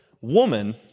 Woman